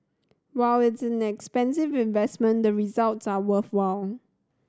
while it's an expensive investment the results are worthwhile